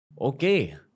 Okay